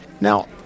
Now